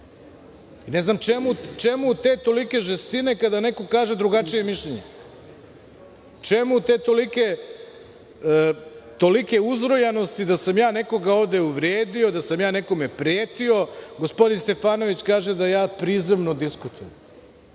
Ne znam čemu te tolike žestine kada neko kaže drugačije mišljenje. Čemu tolike uzrujanosti, da sam ja nekoga ovde uvredio, da sam ja nekome pretio? Gospodin Stefanović kaže da ja prizemno